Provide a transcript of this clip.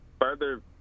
further